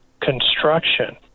construction